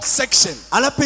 section